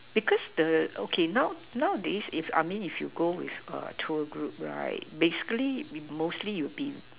because the okay now nowadays if I mean if you go with a tour group right basically mostly you be